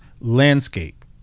landscape